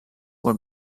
were